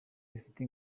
bifite